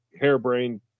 harebrained